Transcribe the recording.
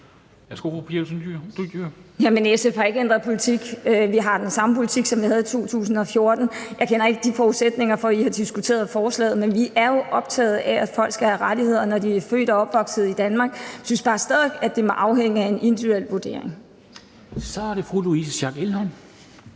SF har ikke ændret politik. Vi har den samme politik, som vi havde 2014. Jeg ved ikke, under hvilke forudsætninger I har diskuteret forslaget, men vi er jo optaget af, at folk skal have rettigheder, når de er født og opvokset i Danmark, men jeg synes bare stadig væk, at det må afhænge af en individuel vurdering. Kl. 15:00 Formanden (Henrik